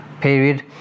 period